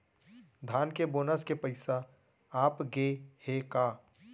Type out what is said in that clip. धान के बोनस के पइसा आप गे हे का?